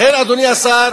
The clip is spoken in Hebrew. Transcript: לכן, אדוני השר,